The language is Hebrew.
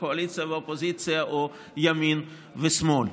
קואליציה ואופוזיציה או ימין ושמאל.